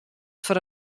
foar